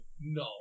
No